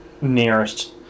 nearest